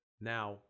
now